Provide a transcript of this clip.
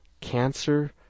cancer